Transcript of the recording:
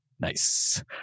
Nice